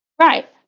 Right